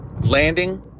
landing